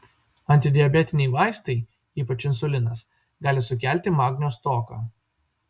antidiabetiniai vaistai ypač insulinas gali sukelti magnio stoką